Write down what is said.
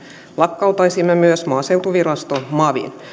lakkauttaisimme myös maaseutuvirasto mavin mutta